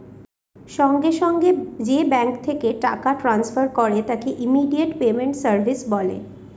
সঙ্গে সঙ্গে যে ব্যাঙ্ক থেকে টাকা ট্রান্সফার করে তাকে ইমিডিয়েট পেমেন্ট সার্ভিস বলে